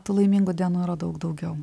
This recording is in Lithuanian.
tų laimingų dienų yra daug daugiau